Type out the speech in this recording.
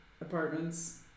apartments